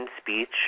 speech